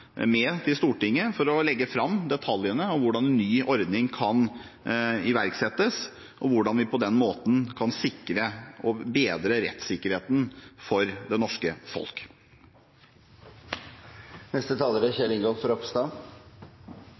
til Stortinget med for å legge fram detaljene om hvordan en ny ordning kan iverksettes, og hvordan vi på den måten kan sikre og bedre rettssikkerheten for det norske folk.